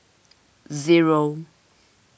zero